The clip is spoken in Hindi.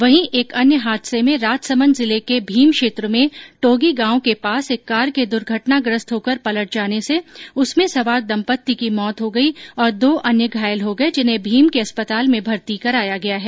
वहीं एक अन्य हादसे में राजसमंद जिले के भीम क्षेत्र में टोगी गांव के पास एक कार के दुर्घटनाग्रस्थ होकर पलट जाने से उसमें सवार दम्पत्ति की मौत हो गई और दो अन्य घायल हो गये जिन्हें भीम के अस्पताल में भर्ती कराया गया है